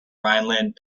rhineland